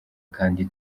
kandi